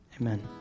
Amen